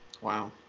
Wow